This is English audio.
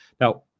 Now